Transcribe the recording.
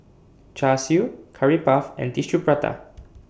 Char Siu Curry Puff and Tissue Prata